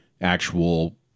actual